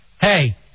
Hey